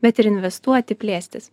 bet ir investuoti plėstis